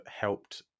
helped